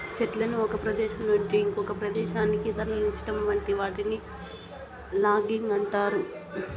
చెట్లను ఒక ప్రదేశం నుంచి ఇంకొక ప్రదేశానికి తరలించటం వంటి వాటిని లాగింగ్ అంటారు